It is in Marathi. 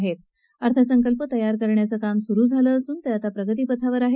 हा अर्थसंकल्प तयार करण्याचं काम सुरु झालं असून ते आता प्रगतीपथावर आहे